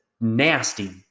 nasty